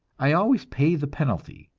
i always pay the penalty,